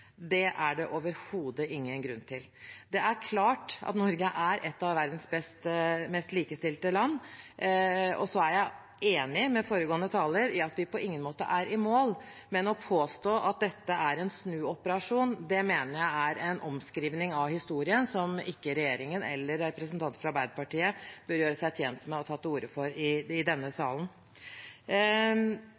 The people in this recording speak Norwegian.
Det er det overhodet ingen grunn til. Det er klart at Norge er et av verdens mest likestilte land. Så er jeg enig med foregående taler i at vi på ingen måte er i mål, men når man påstår at dette er en snuoperasjon, mener jeg det er en omskriving av historien som ikke regjeringen eller representanter fra Arbeiderpartiet er tjent med å ta til orde for i denne salen.